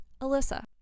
Alyssa